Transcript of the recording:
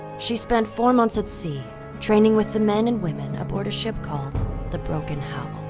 she spent four months at sea training with the men and women aboard a ship called the broken howl.